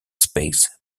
space